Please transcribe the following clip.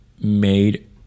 made